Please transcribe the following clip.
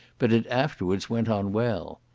but it afterwards went on well.